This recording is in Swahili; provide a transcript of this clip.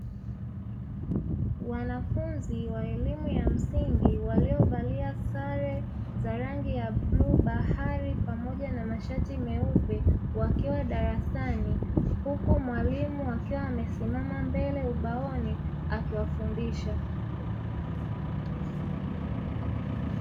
Wanafunzi wa elimu ya msingi walio valia sare za rangi ya bluu bahari pamoja na mashati meupe, wakiwa darasani huku mwalimu akiwa amesimama mbele ubaoni akiwafundisha.